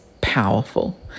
powerful